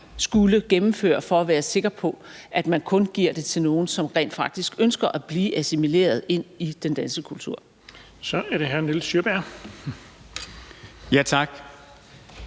skulle gennemføre for at være sikker på, at man kun giver det til nogle, som rent faktisk ønsker at blive assimileret i den danske kultur. Kl. 13:49 Den fg. formand